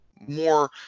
more